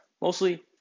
mostly